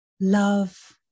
love